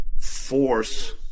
force